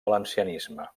valencianisme